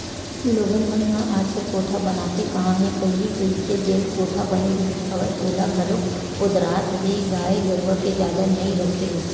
लोगन मन ह आजकल कोठा बनाते काँहा हे पहिली जइसे जेन कोठा बने रिहिस हवय ओला घलोक ओदरात हे गाय गरुवा के जादा नइ रखे ले